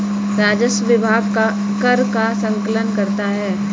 राजस्व विभाग कर का संकलन करता है